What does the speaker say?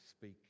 speak